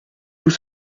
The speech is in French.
vous